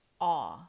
awe